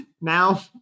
now